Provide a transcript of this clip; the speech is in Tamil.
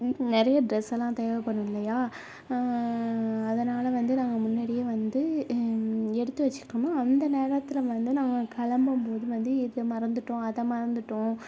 நிறைய டிரெஸெல்லாம் தேவைப்படும் இல்லையா அதனால் வந்து நாங்கள் முன்னாடியே வந்து எடுத்து வச்சுக்கிட்டோம்ன்னா அந்த நேரத்தில் வந்து நம்ம கிளம்பும் வந்து இதை மறந்துவிட்டோம் அதை மறந்துவிட்டோம்